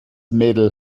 mädel